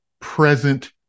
present